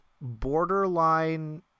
borderline